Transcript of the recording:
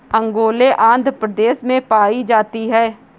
ओंगोले आंध्र प्रदेश में पाई जाती है